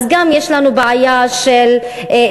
אז גם יש לנו בעיה של שקיפות.